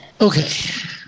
Okay